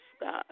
God